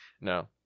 no